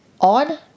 on